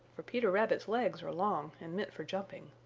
for peter rabbit's legs are long and meant for jumping.